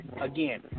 again